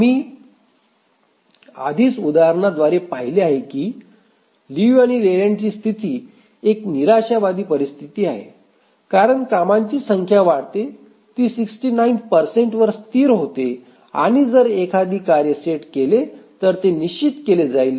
आम्ही आधीच उदाहरणाद्वारे पाहिले आहे की लियू आणि लेलँडची स्थिती ही एक निराशावादी परिस्थिती आहे कारण कामांची संख्या वाढते ती ६९ वर स्थिर होते आणि जर एखादी कार्ये सेट केले तर ते निश्चित केली जाईल